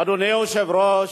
אדוני היושב-ראש,